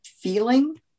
feeling